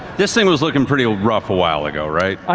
this thing was looking pretty rough a while ago, right?